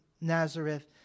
Nazareth